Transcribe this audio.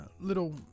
little